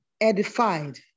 edified